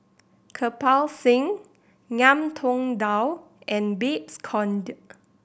Kirpal Singh Ngiam Tong Dow and Babes Conde